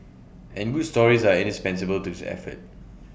and good stories are indispensable to this effort